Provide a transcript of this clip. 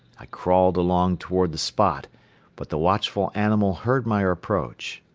i crawled along toward the spot but the watchful animal heard my approach.